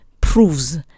proves